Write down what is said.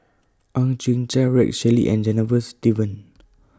Ang Chwee Chai Rex Shelley and Janavas Devan